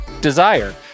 Desire